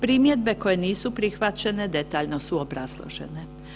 Primjedbe koje nisu prihvaćene, detaljno su obrazložene.